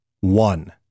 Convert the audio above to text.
One